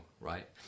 right